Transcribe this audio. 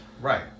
Right